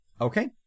Okay